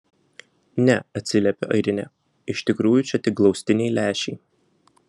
ne atsiliepia airinė iš tikrųjų čia tik glaustiniai lęšiai